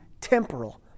Temporal